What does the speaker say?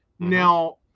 Now